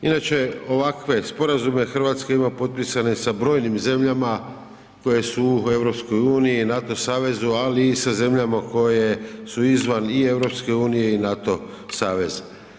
Inače ovakve sporazume Hrvatska ima potpisane sa brojnim zemljama koje su u EU, NATO savezu ali i sa zemljama koje su izvan i EU i NATO saveza.